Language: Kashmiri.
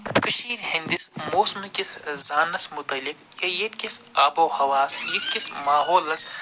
کٔشیٖر ہِنٛدِس موسمٕکِس زانس متعلق ہے ییٚتِکِس آبو ہوہس ییٚتِکِس ماحولس